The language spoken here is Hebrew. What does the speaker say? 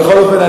בכל אופן,